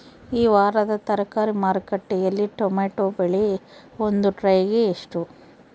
ಈ ವಾರದ ತರಕಾರಿ ಮಾರುಕಟ್ಟೆಯಲ್ಲಿ ಟೊಮೆಟೊ ಬೆಲೆ ಒಂದು ಟ್ರೈ ಗೆ ಎಷ್ಟು?